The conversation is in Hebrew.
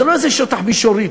זה לא שטח מישורי.